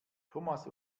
thomas